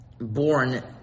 born